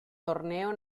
torneo